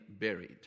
buried